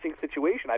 situation